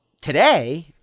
today